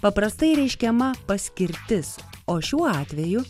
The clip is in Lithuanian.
paprastai reiškiama paskirtis o šiuo atveju